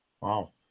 Wow